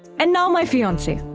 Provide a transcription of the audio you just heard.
and now my fiance.